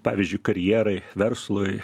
pavyzdžiui karjerai verslui